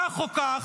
כך או כך,